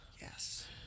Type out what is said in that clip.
Yes